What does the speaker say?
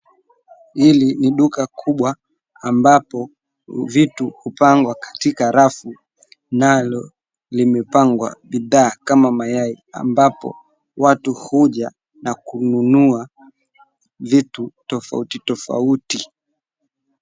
Hili ni duka kubwa ambapo vitu hupangwa katika rafu, nalo limepangwa bidhaa kama mayai ambapo watu huja na kununua vitu tofauti tofauti.